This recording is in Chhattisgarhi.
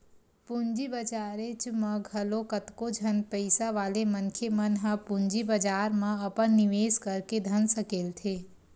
पूंजी बजारेच म घलो कतको झन पइसा वाले मनखे मन ह पूंजी बजार म अपन निवेस करके धन सकेलथे